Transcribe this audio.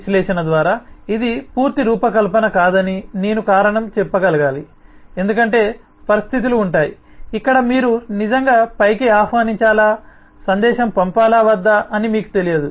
విశ్లేషణ ద్వారా ఇది పూర్తి రూపకల్పన కాదని నేను కారణం చెప్పగలగాలి ఎందుకంటే పరిస్థితులు ఉంటాయి ఇక్కడ మీరు నిజంగా పైకి ఆహ్వానించాలా సందేశం పంపాలా వద్దా అని మీకు తెలియదు